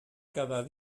quedar